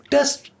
Test